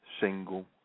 single